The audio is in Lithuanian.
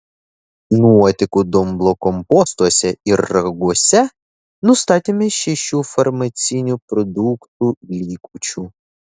nuotekų dumblo kompostuose ir rauguose nustatėme šešių farmacinių produktų likučių